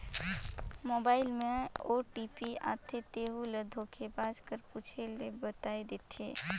mobile में OTP आथे तेहू ल धोखेबाज कर पूछे ले बताए देथे